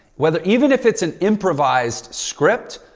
whether even if it's an improvised script,